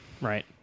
Right